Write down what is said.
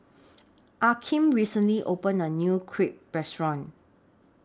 Akeem recently opened A New Crepe Restaurant